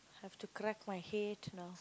have to crack my head now